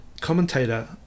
commentator